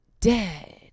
dead